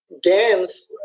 dance